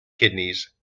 kidneys